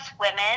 women